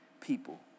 people